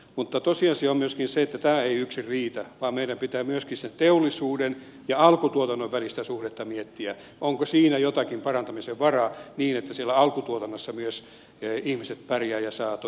mutta tosiasia on myöskin se että tämä ei yksin riitä vaan meidän pitää myöskin sen teollisuuden ja alkutuotannon välistä suhdetta miettiä onko siinä jotakin parantamisen varaa niin että siellä alkutuotannossa myös ihmiset pärjäävät ja saavat toimeentulonsa